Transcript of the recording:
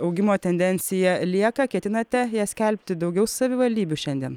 augimo tendencija lieka ketinate ją skelbti daugiau savivaldybių šiandien